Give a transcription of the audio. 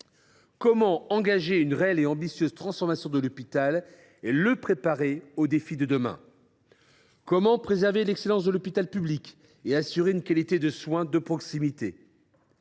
Comment engager une réelle et ambitieuse transformation de l’hôpital et le préparer aux défis de demain ? Comment préserver l’excellence de l’hôpital public et assurer la qualité des soins de proximité ?